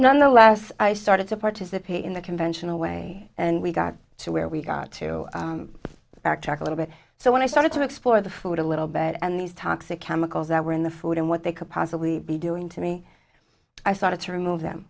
nonetheless i started to participate in the conventional way and we got to where we got to backtrack a little bit so when i started to explore the food a little bit and these toxic chemicals that were in the food and what they could possibly be and to me i started to remove them